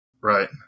right